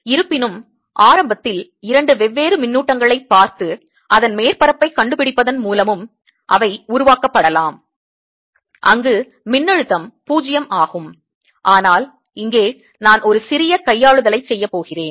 இருப்பினும் ஆரம்பத்தில் இரண்டு வெவ்வேறு மின்னூட்டங்களைப் பார்த்து அதன் மேற்பரப்பைக் கண்டுபிடிப்பதன் மூலமும் அவை உருவாக்கப்படலாம் அங்கு மின்னழுத்தம் 0 ஆகும் ஆனால் இங்கே நான் ஒரு சிறிய கையாளுதலைச் செய்யப் போகிறேன்